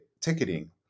ticketing